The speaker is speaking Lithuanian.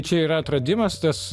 čia yra atradimas tas